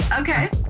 Okay